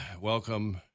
welcome